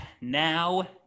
now